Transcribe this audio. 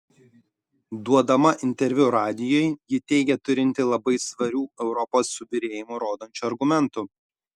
duodama interviu radijui ji teigė turinti labai svarių europos subyrėjimą rodančių argumentų